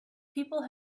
people